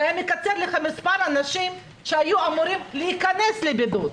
זה מקצר לך את מספר האנשים שהיו אמורים להיכנס לבידוד,